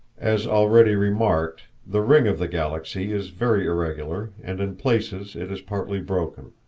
as already remarked, the ring of the galaxy is very irregular, and in places it is partly broken.